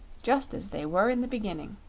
just as they were in the beginning.